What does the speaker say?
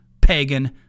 pagan